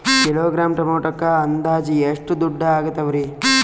Kilogram ಟೊಮೆಟೊಕ್ಕ ಅಂದಾಜ್ ಎಷ್ಟ ದುಡ್ಡ ಅಗತವರಿ?